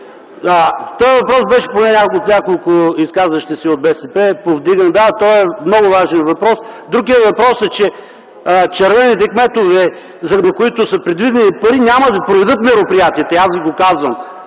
Този въпрос беше повдигнат от няколко изказващите от БСП. Да, това е много важен въпрос. Друг е въпросът, че червените кметове, за които са предвидени пари, няма да проведат мероприятието. И аз ви го казвам.